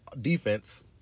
defense